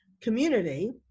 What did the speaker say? community